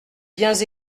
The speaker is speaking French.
biens